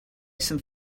some